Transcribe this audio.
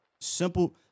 Simple